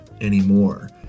anymore